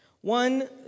One